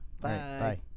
Bye